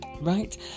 right